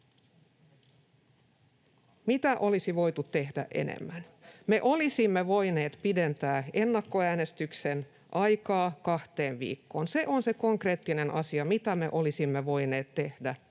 Mitä olisi voitu tehdä enemmän? Me olisimme voineet pidentää ennakkoäänestyksen aikaa kahteen viikkoon. Se on se konkreettinen asia, mitä me olisimme voineet tehdä